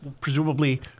presumably